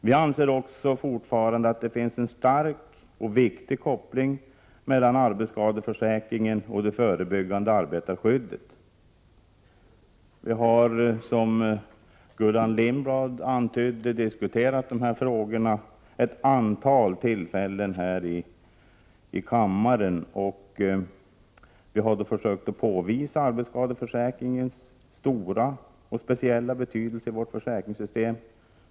Vi anser också fortfarande att det finns en stark och viktig koppling mellan arbetsskadeförsäkringen och det förebyggande arbetarskyddet. Vi har, som Gullan Lindblad antydde, diskuterat dessa frågor vid ett antal tillfällen här i kammaren. Vi har då försökt påvisa arbetsskadeförsäkringens stora och speciella betydelse i vårt försäkringssystem.